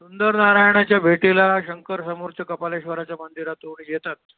सुंदरनारायणाच्या भेटीला शंकर समोरच्या कपालेश्वरच्या मंदिरातून येतात